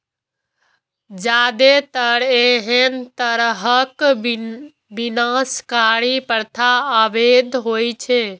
जादेतर एहन तरहक विनाशकारी प्रथा अवैध होइ छै